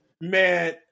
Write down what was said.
Man